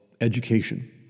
education